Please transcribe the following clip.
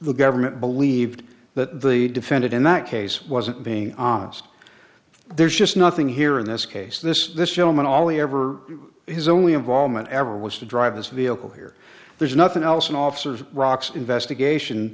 the government believed that the defendant in that case wasn't being honest there's just nothing here in this case this this film and all the ever his only involvement ever was to drive his vehicle here there's nothing else an officer rocks investigation